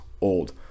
old